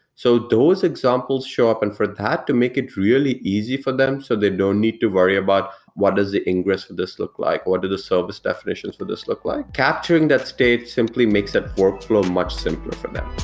so those examples show up and for that to make it really easy for them, so they don't need to worry about what is an ingress of this look like, what do the service definitions for this look like. capturing that state simply makes that workflow much simpler for them.